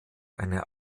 eine